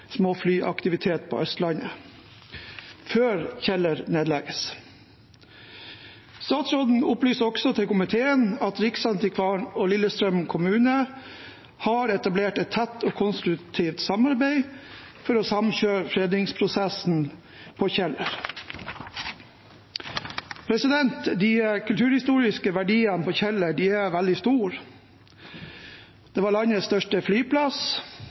på Østlandet før Kjeller nedlegges. Statsråden opplyser også til komiteen at Riksantikvaren og Lillestrøm kommune har etablert et tett og konstruktivt samarbeid for å samkjøre fredningsprosessen på Kjeller. De kulturhistoriske verdiene på Kjeller er veldig store, med tanke på at det var landets største